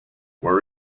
where